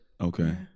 Okay